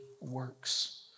works